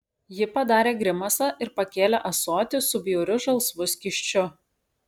ji padarė grimasą ir pakėlė ąsotį su bjauriu žalsvu skysčiu